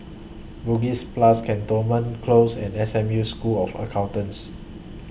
Bugis Plus Cantonment Close and S M U School of Accountants